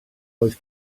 oedd